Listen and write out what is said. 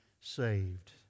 saved